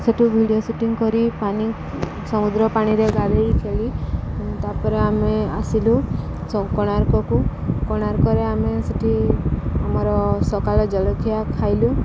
ସେଇଠୁ video shooting କରି ପାଣି ସମୁଦ୍ର ପାଣିରେ ଗାଧେଇ ଖେଳି ତା'ପରେ ଆମେ ଆସିଲୁ ସବୁ କୋଣାର୍କକୁ କୋଣାର୍କରେ ଆମେ ସେଇଠି ଆମର ସକାଳ ଜଳଖିଆ ଖାଇଲୁ